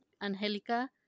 Angelica